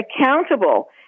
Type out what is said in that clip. accountable